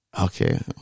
Okay